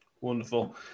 Wonderful